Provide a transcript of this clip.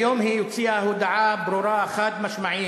היום היא הוציאה הודעה ברורה, חד-משמעית,